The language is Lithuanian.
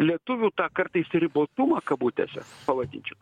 lietuvių tą kartais ribotumą kabutėse pavadinčiau